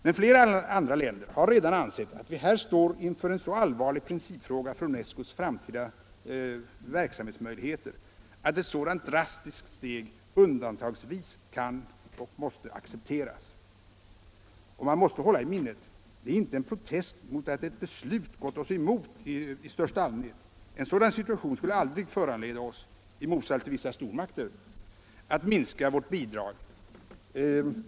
Men flera andra länder har redan ansett att vi här står inför en så allvarlig principfråga när det gäller UNESCO:s framtida verksamhetsmöjligheter att ett sådant drastiskt steg undantagsvis kan och måste accepteras. Man måste hålla i minnet att detta inte är en protest mot att ett beslut gått oss emot i största allmänhet. En sådan situation skulle aldrig föranleda oss — i motsats till vissa stormakter — att minska vårt bidrag.